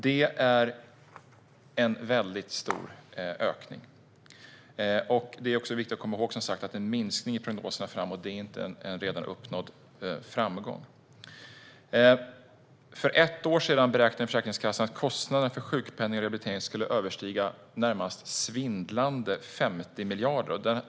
Det är en väldigt stor ökning. Det är också viktigt att komma ihåg att en minskning i prognoserna inte är en redan uppnådd framgång. För ett år sedan beräknade Försäkringskassan att kostnaderna för sjukpenning och rehabilitering skulle överstiga närmast svindlande 50 miljarder.